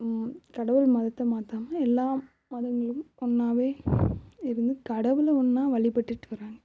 கடவுள் மதத்தை மாத்தாமல் எல்லா மதங்களும் ஒன்றாவே இருந்து கடவுளை ஒன்றா வழிபட்டுகிட்டு வராங்க